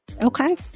Okay